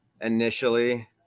initially